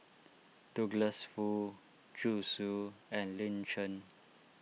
Douglas Foo Zhu Xu and Lin Chen